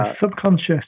subconscious